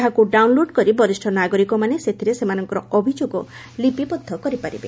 ଏହାକୁ ଡାଉନ୍ଲୋଡ୍ କରି ବରିଷ୍ ନାଗରିକମାନେ ସେଥିରେ ସେମାନଙ୍କର ଅଭିଯୋଗ ଲିପିବଦ୍ଧ କରିପାରିବେ